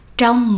trong